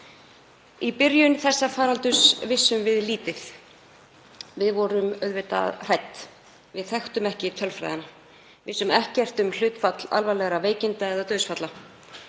Í byrjun þessa faraldurs vissum við lítið. Við vorum auðvitað hrædd. Við þekktum ekki tölfræðina, vissum ekkert um hlutfall alvarlegra veikinda eða dauðsfalla,